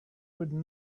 would